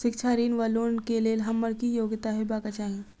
शिक्षा ऋण वा लोन केँ लेल हम्मर की योग्यता हेबाक चाहि?